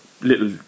little